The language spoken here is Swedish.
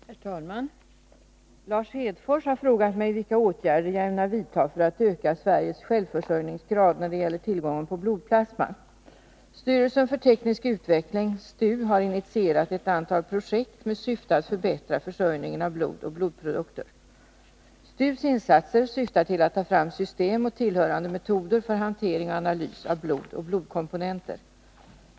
Herr talman! Lars Hedfors har frågat mig vilka åtgärder jag ämnar vidta för att öka Sveriges självförsörjningsgrad när det gäller tillgången på blodplasma. Styrelsen för teknisk utveckling har initierat ett antal projekt med syfte att förbättra försörjningen av blod och blodprodukter. STU:s insatser syftar till att ta fram system och tillhörande metoder för hantering och analys av blod och blodkomponenter.